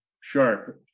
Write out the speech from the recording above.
sharp